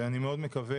ואני מאוד מקווה